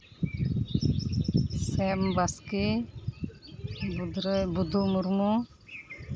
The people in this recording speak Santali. ᱥᱮᱢ ᱵᱟᱥᱠᱮ ᱵᱩᱫᱷᱨᱟᱹᱭ ᱵᱩᱫᱷᱩ ᱢᱩᱨᱢᱩ